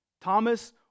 Thomas